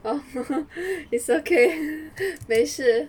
orh it's okay 没事